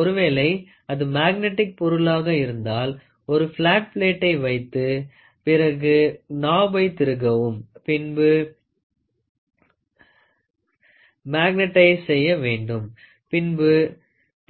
ஒருவேளை அது மேக்னெட்டிக் பொருளாக இருந்தால் ஒரு பிளாட் பிளேட்டை வைத்து பிறகு க்நகாபை திருகவும் பின்பு மேக்னடைஸ் செய்ய வேண்டும் பின்பு